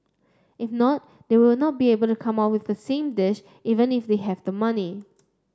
if not they will not be able to come up with the same dish even if they have the money